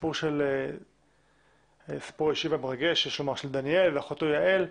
הסיפור המרגש של דניאל ואחותו יעל,